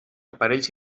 aparells